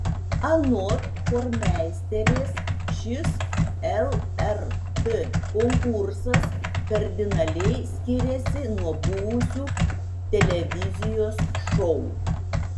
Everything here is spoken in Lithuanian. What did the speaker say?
anot chormeisterės šis lrt konkursas kardinaliai skiriasi nuo buvusių televizijos šou